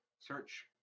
search